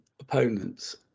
opponents